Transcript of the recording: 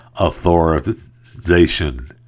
Authorization